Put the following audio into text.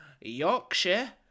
yorkshire